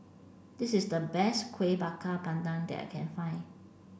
this is the best Kuih Bakar Pandan that I can find